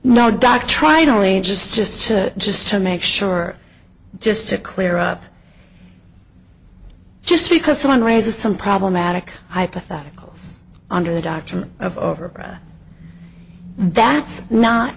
no doc tried only just just to just to make sure just to clear up just because someone raises some problematic hypotheticals under the doctrine of over that's not